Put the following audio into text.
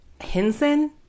Henson